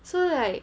so like